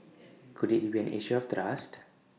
could IT be an issue of trust